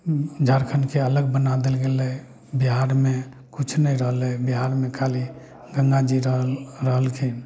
झारखुण्डके अलग बना देल गेलय बिहारमे किछु नहि रहलइ बिहारमे खाली गंगाजी रहल रहलखिन